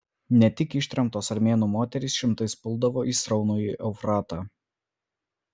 ne tik ištremtos armėnų moterys šimtais puldavo į sraunųjį eufratą